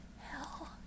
hell